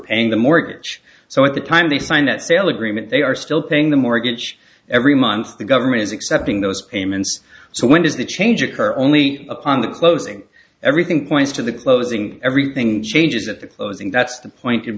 paying the mortgage so at the time they signed that sale agreement they are still paying the mortgage every month the government is accepting those payments so when does the change occur only upon the closing everything points to the closing everything changes at the closing that